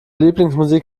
lieblingsmusik